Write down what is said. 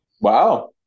Wow